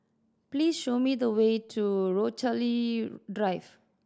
please show me the way to Rochalie Drive